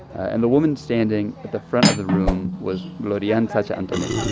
and the woman standing at the front of the room was gloriann sacha antonetty